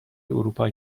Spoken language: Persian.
اروپا